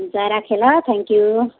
हुन्छ राखेँ ल थ्याङ्कयू